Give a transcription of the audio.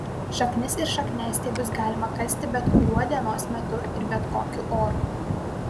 šaknis ir šakniastiebius galima kasti bet kuriuo dienos metu ir bet kokiu oru